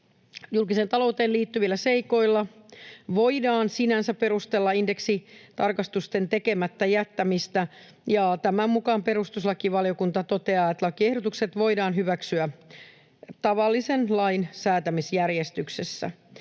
julkiseen talouteen liittyvillä seikoilla voidaan sinänsä perustella indeksitarkistusten tekemättä jättämistä, ja tämän mukaan perustuslakivaliokunta toteaa, että lakiehdotukset voidaan hyväksyä tavallisen lain säätämisjärjestyksessä.